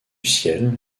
ciel